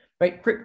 right